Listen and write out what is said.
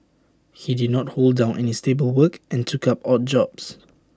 he did not hold down any stable work and took up odd jobs